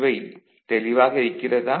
இவை தெளிவாக இருக்கிறதா